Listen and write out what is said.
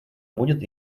будет